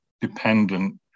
dependent